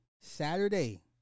saturday